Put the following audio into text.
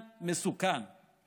מסוכן, מסוכן.